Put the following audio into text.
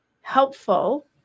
helpful